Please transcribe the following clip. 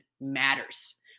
matters